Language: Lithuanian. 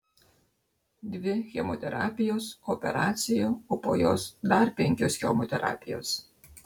dvi chemoterapijos operacija o po jos dar penkios chemoterapijos